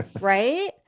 Right